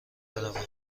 برویم